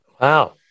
Wow